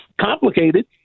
complicated